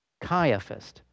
Caiaphas